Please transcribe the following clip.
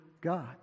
God